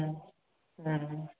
हूँ हूँ